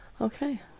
Okay